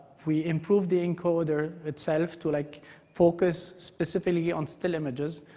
we improved the encoder itself to like focus specifically on still images.